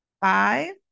Five